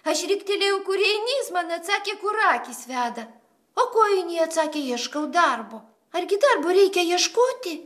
aš riktelėjau kur eini jis man atsakė kur akys veda o ko eini atsakė ieškau darbo argi darbo reikia ieškoti